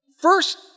First